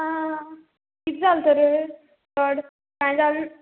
आं कित जालें तर चड कांय जाले ना